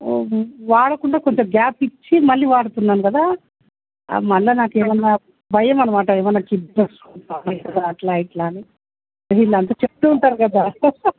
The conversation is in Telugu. వాడకుండా కొంచెం గ్యాప్ ఇచ్చి మళ్ళీ వాడుతున్నాను కదా మళ్ళా నాకు ఏమన్న భయం అన్నమాట ఏమన్న కిడ్నీలో స్టోన్ ఫామ్ అయితుందా అని అట్లా ఇట్లా అని వీళ్ళు అంతా చెప్తు ఉంటారు కదా